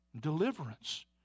deliverance